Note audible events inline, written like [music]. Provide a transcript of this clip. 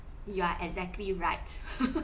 you are exactly right [laughs]